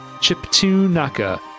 Chip-Tunaka